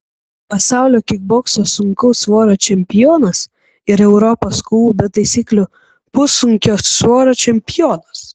pasaulio kikbokso sunkaus svorio čempionas ir europos kovų be taisyklių pussunkio svorio čempionas